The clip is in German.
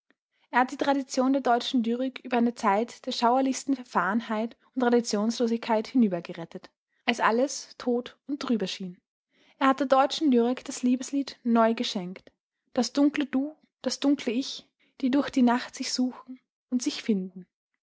er hat die tradition der deutschen lyrik über eine zeit der verfahrenheit und traditionslosigkeit hinübergerettet als alles tot und trübe schien er hat der deutschen lyrik das liebeslied neu geschenkt das dunkle du das dunkle ich die durch die nacht sich suchen und sich finden